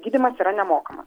gydymas yra nemokamas